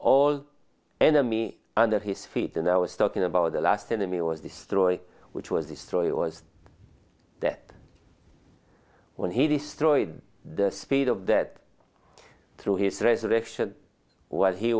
all enemy under his feet and i was talking about the last enemy was destroyed which was destroyed was that when he destroyed the state of that through his resurrection was he